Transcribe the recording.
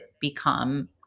become